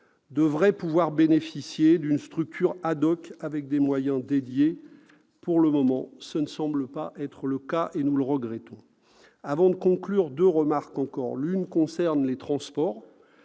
devraient pouvoir bénéficier d'une structure, avec des moyens dédiés. Pour le moment, tel ne semble pas être le cas, et nous le regrettons. Avant de conclure, je formulerai deux remarques encore. L'une concerne les transports.